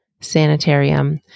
sanitarium